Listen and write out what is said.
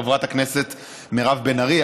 חברת הכנסת מירב בן ארי,